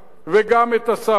וגם את אסף אני מכיר.